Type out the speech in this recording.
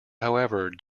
however